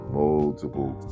multiple